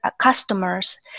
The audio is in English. customers